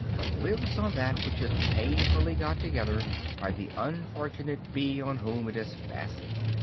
but lives on that which is painfully got together by the unfortunate bee on whom it has fastened.